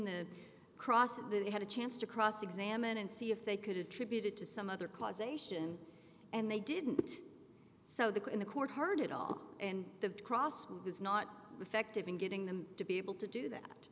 the cross that it had a chance to cross examine and see if they could attribute it to some other causation and they didn't so they could in the court heard it all and the cross was not effective in getting them to be able to do that